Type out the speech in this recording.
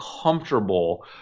comfortable